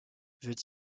veut